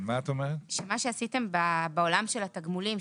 מה שעשיתם בעולם של התגמולים,